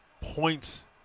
points